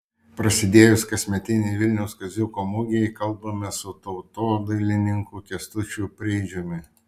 prasidėjus kasmetinei vilniaus kaziuko mugei kalbamės su tautodailininku kęstučiu preidžiumi